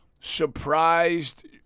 surprised